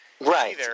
Right